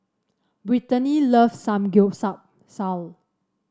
Brittney loves Samgeyopsal